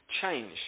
change